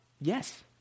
yes